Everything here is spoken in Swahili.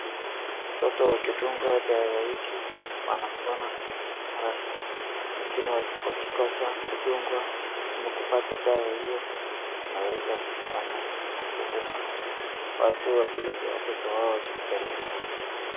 Mtoto akidungwa dawa hiki wanapona maradhi lakini wasipokosa kudungwa ama kupata dawa hiyo wanaweza fanya na kukufa, watu wapeleke watoto wao hospitalini.